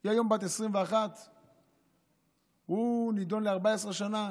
היא היום בת 21. הוא נידון ל-14 שנה,